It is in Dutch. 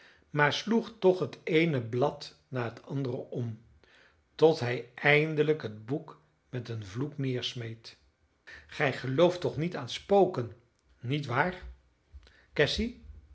maar sloeg toch het eene blad na het andere om tot hij eindelijk het boek met een vloek neersmeet gij gelooft toch niet aan spoken niet waar cassy